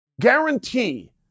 guarantee